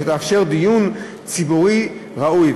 שתאפשר דיון ציבורי ראוי,